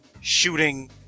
shooting